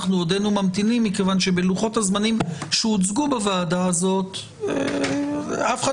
עודנו ממתינים מכיוון שבלוחות הזמנים שהוצגו בוועדה הזאת אף אחד